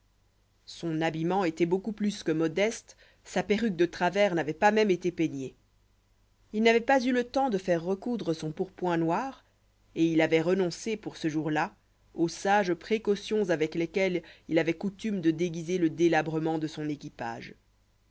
son habillement étoit beaucoup plus que modeste sa perruque de travers n'avoit pas même été peignée il n'avoit pas eu le temps de faire recoudre son pourpoint noir et il avoit renoncé pour ce jour-là aux sages précautions avec lesquelles il avoit coutume de déguiser le délabrement de son équipage